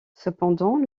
cependant